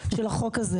אם התבקש לך בבקשה?